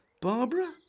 Barbara